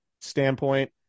standpoint